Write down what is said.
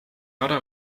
ära